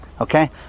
Okay